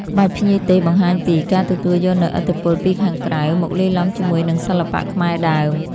ក្បាច់ភ្ញីទេសបង្ហាញពី ការទទួលយកនូវឥទ្ធិពលពីខាងក្រៅ មកលាយឡំជាមួយនឹងសិល្បៈខ្មែរដើម។